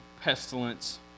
pestilence